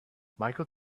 michael